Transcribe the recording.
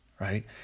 right